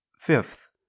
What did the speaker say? Fifth